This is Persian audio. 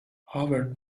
هاورد